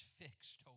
fixed